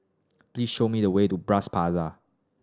please show me the way to Bras Basah